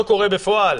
אם זה לא קורה בפועל,